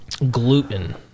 Gluten